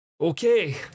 okay